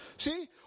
See